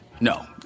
No